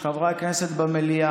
די,